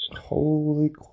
Holy